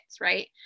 right